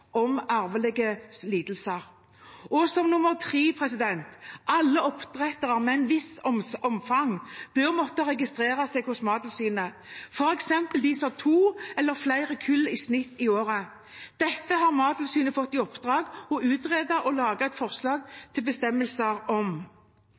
om arvelige lidelser. Og for det tredje: Alle oppdrettere av et visst omfang bør måtte registrere seg hos Mattilsynet, f.eks. de som har to eller flere kull i snitt i året. Dette har Mattilsynet fått i oppdrag å utrede og lage et forslag